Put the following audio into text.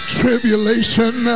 tribulation